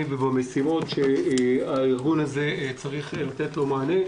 ובמשימות שהארגון הזה צריך לתת להם מענה,